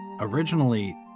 Originally